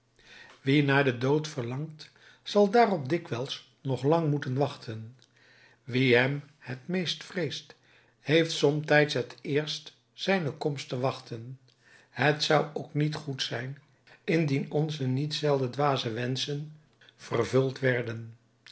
wie naar den dood verlangt zal daarop dikwijls nog lang moeten wachten wie hem het meest vreest heeft somtijds het eerst zijne komst te verwachten het zou ook niet goed zijn indien onze niet zelden dwaze wenschen vervuld werden